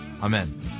Amen